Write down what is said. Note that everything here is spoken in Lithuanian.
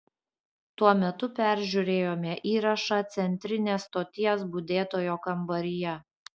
tuo metu peržiūrėjome įrašą centrinės stoties budėtojo kambaryje